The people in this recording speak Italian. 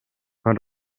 con